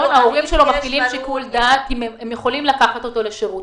ההורים שלו מפעילים שיקול דעת אם העמותה יכולה לקחת אותו לשירות.